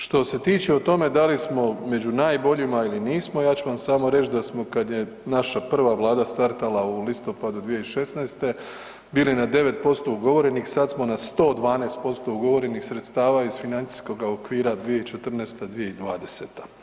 Što se tiče o tome da li smo među najboljima ili nismo, ja ću vam samo reć da smo kad je naša prva vlada startala u listopadu 2016. bili na 9% ugovorenih, sad smo na 112% ugovorenih sredstava iz financijskoga okvira 2014.-2020.